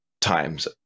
times